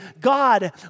God